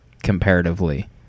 comparatively